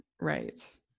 Right